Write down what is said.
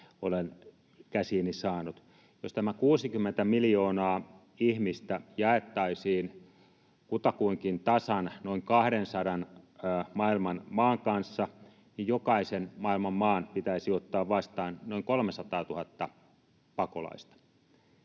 olen käsiini saanut. Jos tämä 60 miljoonaa ihmistä jaettaisiin kutakuinkin tasan noin 200 maailman maan kanssa, niin jokaisen maailman maan pitäisi ottaa vastaan noin 300 000 pakolaista.